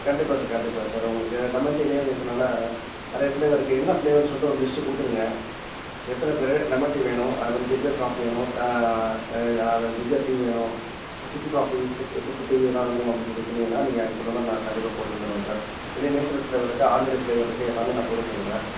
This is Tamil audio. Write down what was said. கண்டிப்பாக சார் கண்டிப்பாக சார் உங்களுக்கு லெமன் டீலையே உங்களுக்கு நல்லா நிறைய ஃப்ளேவர் இருக்கு என்ன ஃப்ளேவர்னு சொல்லிட்டு ஒரு லிஸ்ட்டு கொடுத்துடுங்க எத்தனைப் பேர் லெமன் டீ வேணும் அதை மாதிரி ஜிஞ்சர் காஃபி வேணும் ஜிஞ்சர் டீ வேணும் சுக்கு காஃபி சுக்கு சுக்கு டீ எல்லாம் வேணும் அப்படின்னு சொல்லிட்டு சொன்னீங்கன்னா நீங்கள் அதுக்கு தகுந்த மாதிரி நாங்கள் கண்டிப்பாகப் போட்டு தந்துர்றோம் சார் இதுலையே நேச்சுரல் ஃப்ளேவர் இருக்கு ஆர்டினரி ஃப்ளேவர் இருக்கு எல்லாமே நான் போட்டு தந்துர்றேன்